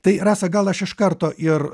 tai rasa gal aš iš karto ir